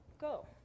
go